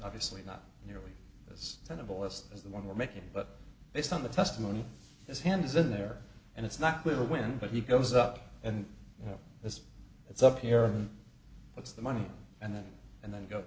obviously not nearly as kind of a list as the one we're making but based on the testimony his hands in there and it's not clear when but he goes up and you know as it's up here that's the money and then and then go